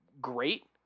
great